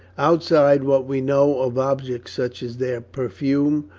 outside what we know of objects, such as their perfume,